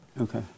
Okay